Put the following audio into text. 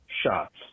shots